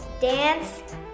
dance